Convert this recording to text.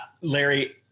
Larry